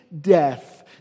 death